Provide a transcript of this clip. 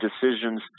decisions